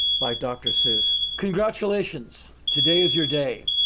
by dr. seuss. congratulations! today is your day.